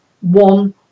one